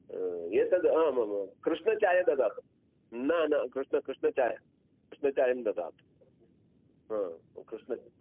एतद् हा मम कृष्णचायं ददातु न न कृष्णः कृष्णचायं कृष्णचायं ददातु हा कृष्णः